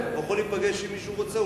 הוא יכול להיפגש עם מי שהוא רוצה.